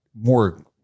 more